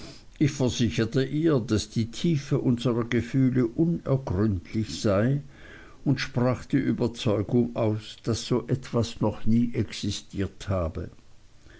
ich versicherte ihr daß die tiefe unserer gefühle unergründlich sei und sprach die überzeugung aus daß so etwas noch nie existiert habe